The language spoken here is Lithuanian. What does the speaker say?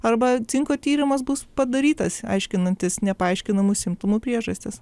arba cinko tyrimas bus padarytas aiškinantis nepaaiškinamų simptomų priežastis